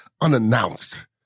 unannounced